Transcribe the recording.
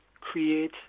create